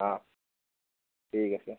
অঁ ঠিক আছে